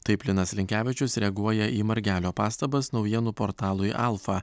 taip linas linkevičius reaguoja į margelio pastabas naujienų portalui alfa